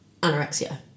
anorexia